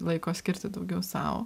laiko skirti daugiau sau